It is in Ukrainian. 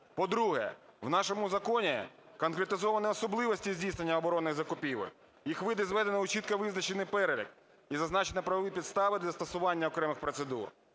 По-друге, в нашому законі конкретизовані особливості здійснення оборонних закупівель. Їх види зведено у чітко визначений перелік і зазначено правові підстави для застосування окремих процедур.